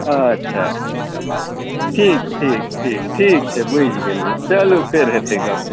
अच्छा अच्छा ठीक ठीक ठीक ठीक छै बुझि गेलिए चलू फेर हेतै गप